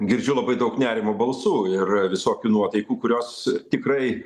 girdžiu labai daug nerimo balsų ir visokių nuotaikų kurios tikrai